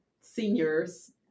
seniors